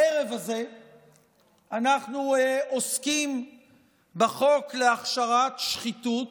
הערב הזה אנחנו עוסקים בחוק להכשרת שחיתות,